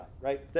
right